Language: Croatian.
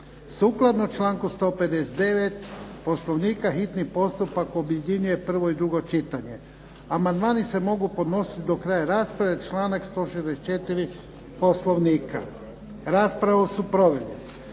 Sukladno članku 159. Poslovnika hitni postupak objedinjuje prvo i drugo čitanje. Amandmani se mogu podnositi do kraja rasprave, članak 164. Poslovnika. Raspravu su proveli